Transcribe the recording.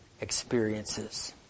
experiences